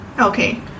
okay